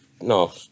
No